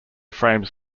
frames